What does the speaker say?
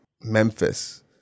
Memphis